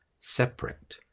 separate